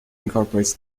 incorporates